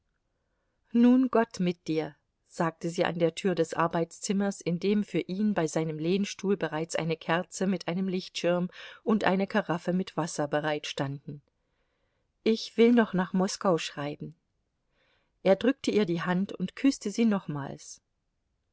nun gott mit dir sagte sie an der tür des arbeitszimmers in dem für ihn bei seinem lehnstuhl bereits eine kerze mit einem lichtschirm und eine karaffe mit wasser bereit standen ich will noch nach moskau schreiben er drückte ihr die hand und küßte sie ihr nochmals